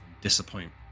disappoint